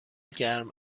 گرم